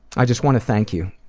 i just want to thank you,